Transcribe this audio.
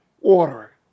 order